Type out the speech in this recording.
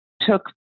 took